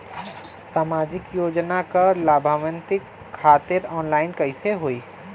सामाजिक योजना क लाभान्वित खातिर ऑनलाइन कईसे होई?